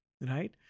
right